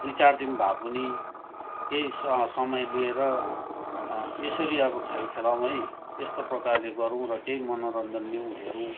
दुई चार दिन भए पनि केही स समय लिएर यसरी अब खेल खेलाउँ है यस्तो प्रकारले गरौँ र केही मनोरञ्जन लिउँ हेरौँ